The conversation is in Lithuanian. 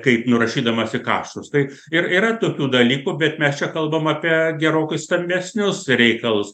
kaip nurašydamas į kaštus tai ir yra tokių dalykų bet mes čia kalbam apie gerokai stambesnius reikalus